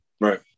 Right